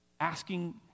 asking